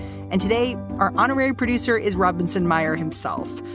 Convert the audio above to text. and today, our honorary producer is rubinson meyer himself,